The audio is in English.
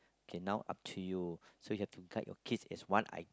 can now up to you so have to cut your kiss as one eye